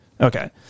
Okay